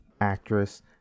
actress